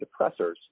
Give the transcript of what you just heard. depressors